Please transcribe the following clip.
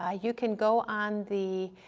ah you can go on the,